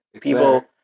people